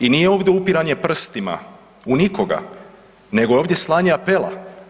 I nije ovdje upiranje prstima u nikoga, nego je ovdje slanje apela.